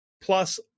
Plus